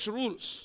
rules